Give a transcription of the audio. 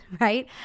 right